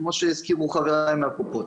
כמו שהזכירו חבריי מהקופות.